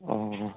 ও